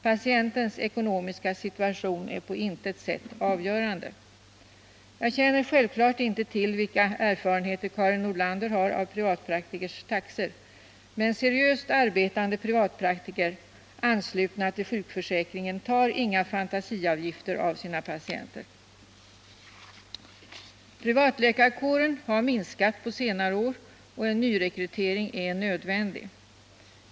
Patientens ekonomiska situation är på intet sätt avgörande. Jag känner självklart inte till vilka erfarenheter Karin Nordlander har av privatpraktikernas taxor, men seriöst arbetande privatpraktiker, anslutna till sjukförsäkringen, tar inga fantasiavgifter av sina patienter. Privatläkarkåren har minskat på senare år, och en nyrekrytering är nödvändig.